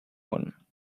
one